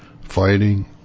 fighting